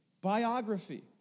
Biography